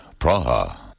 Praha